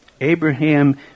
Abraham